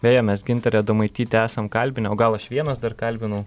beje mes gintarę adomaitytę esam kalbinę o gal aš vienas dar kalbinau